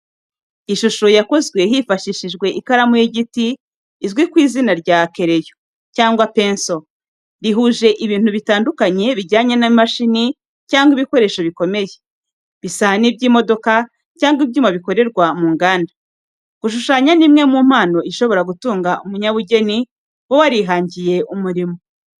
Ishusho yakozwe hifashishijwe ikaramu y’igiti izwi ku izina rya kereyo cyangwa penso rihuje ibintu bitandukanye bijyanye n’imashini cyangwa ibikoresho bikomeye, bisa n’iby’imodoka cyangwa ibyuma bikorerwa mu nganda. Gushushanya ni imwe mu mpano ishobora gutunga umunyabugeni uba warihangiye umurimo.